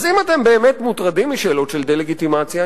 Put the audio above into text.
אז אם אתם באמת מוטרדים משאלות של דה-לגיטימציה,